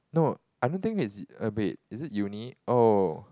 no I don't think it's err wait is it uni oh